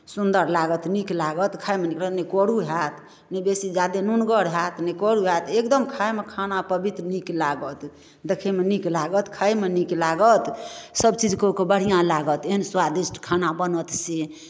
सुन्दर लागत नीक लागत से खाइमे नीक लगत नहि करू हैत नहि बेसी जादे नुनगर हैत नहि करू हैत एगदम खाइमे खाना पवित्र नीक लागत देखैमे नीक लागत खाइमे नीक लागत सब चीजके बढ़िआँ लागत एहन स्वादिष्ट खाना बनत से